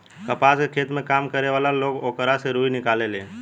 कपास के खेत में काम करे वाला लोग ओकरा से रुई निकालेले